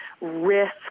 risk